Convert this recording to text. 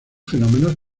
fenómenos